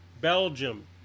Belgium